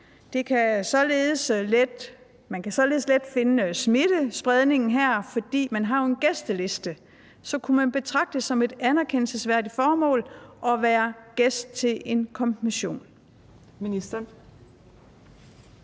Man kan let finde smittespredningen her, fordi man jo har en gæsteliste. Så kunne man betragte det som et anerkendelsesværdigt formål at være gæst ved en konfirmation?